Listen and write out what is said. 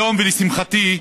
היום, לשמחתי,